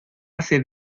hace